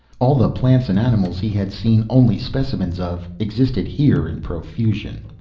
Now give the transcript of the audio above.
all the plants and animals he had seen only specimens of, existed here in profusion.